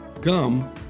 gum